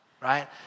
right